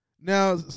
Now